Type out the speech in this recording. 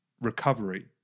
recovery